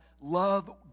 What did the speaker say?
love